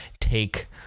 take